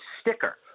sticker